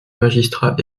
magistrats